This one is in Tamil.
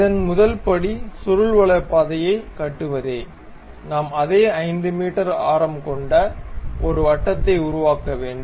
இதன் முதல் படி சுருள்வலயப் பாதையை கட்டுவதே நாம் அதே 5 மீட்டர் ஆரம் கொண்ட ஒரு வட்டத்தை உருவாக்க வேண்டும்